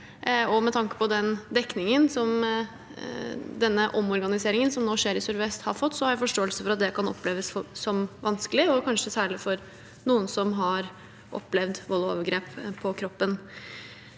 på den dekningen denne omorganiseringen som nå skjer i Sør-Vest politidistrikt har fått, har jeg forståelse for at det kan oppleves som vanskelig, kanskje særlig for dem som har opplevd vold og overgrep på kroppen.